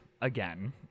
again